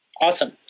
Awesome